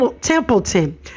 Templeton